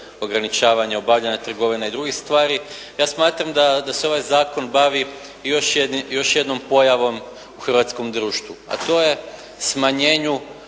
ograničavanja obavljanja trgovine i drugih stvari, ja smatram da se ovaj zakon bavi još jednom pojavom u hrvatskom društvu, a to je smanjenju